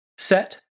set